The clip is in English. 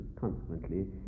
Consequently